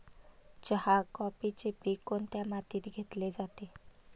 चहा, कॉफीचे पीक कोणत्या मातीत घेतले जाते?